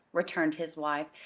returned his wife,